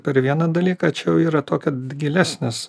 per vieną dalyką čia jau yra tokia gilesnis